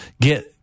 get